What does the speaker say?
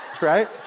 right